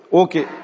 okay